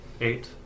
eight